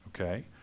okay